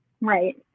Right